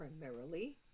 primarily